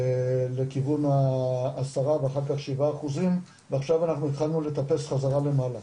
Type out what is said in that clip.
לכיוון העשרה ואחר כך שבעה אחוזים ועכשיו אנחנו התחלנו לטפס חזרה למעלה,